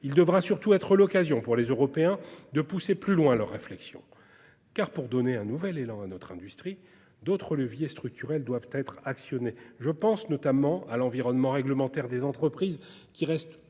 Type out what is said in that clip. Il doit surtout être l'occasion pour les Européens de pousser plus loin leur réflexion, car, pour donner un nouvel élan à notre industrie, d'autres leviers structurels doivent être actionnés. Je pense notamment à l'environnement réglementaire des entreprises, qui reste